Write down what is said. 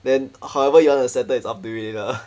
then however you want to settle it's up to him ah